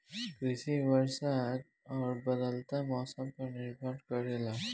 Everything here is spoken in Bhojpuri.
कृषि वर्षा और बदलत मौसम पर निर्भर करेला